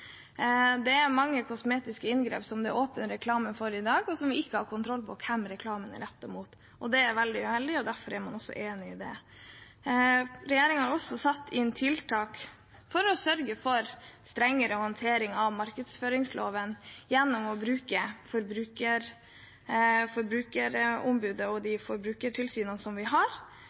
Det er mange kosmetiske inngrep som det er åpen reklame for i dag, uten at vi har kontroll med hvem reklamen er rettet mot. Det er veldig uheldig, og derfor er man også enig i det. Regjeringen har også satt inn tiltak for å sørge for strengere håndtering av markedsføringsloven gjennom å bruke Forbrukerombudet og de forbrukertilsynene vi har,